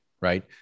right